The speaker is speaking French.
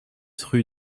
rue